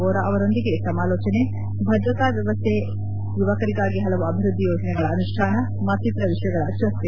ವೋರಾ ಅವರೊಂದಿಗೆ ಸಮಾಲೋಚನೆ ಭದ್ರತಾ ವ್ಯವಸ್ದೆ ಯುವಕರಿಗಾಗಿ ಹಲವು ಅಭಿವೃದ್ದಿ ಯೋಜನೆಗಳ ಅನುಷ್ಠಾನ ಮತ್ತಿತರ ವಿಷಯಗಳ ಚರ್ಚೆ